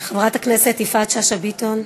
חברת הכנסת יפעת שאשא ביטון,